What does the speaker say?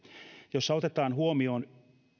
jossa otetaan huomioon